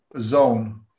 zone